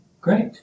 Great